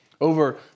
over